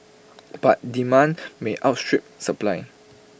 but demand may outstrip supply